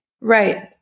Right